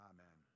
Amen